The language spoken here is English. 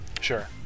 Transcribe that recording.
Sure